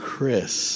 Chris